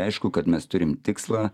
aišku kad mes turim tikslą